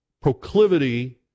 proclivity